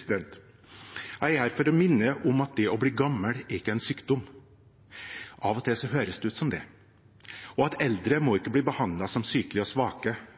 Jeg er her for å minne om at det å bli gammel ikke er en sykdom – av og til høres det ut som det – og om at eldre ikke må bli behandlet som syke og svake.